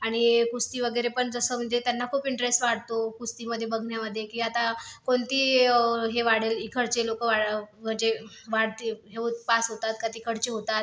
आणि कुस्ती वगैरे पण जसं म्हणजे त्यांना खूप इंटरेस्ट वाढतो कुस्तीमध्ये बघण्यामध्ये की आता कोणती हे वाढेल इकडचे लोकं म्हणजे वाढतील याचे पास होतात का तिकडचे होतात